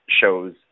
shows